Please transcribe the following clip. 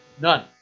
None